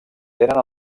tenen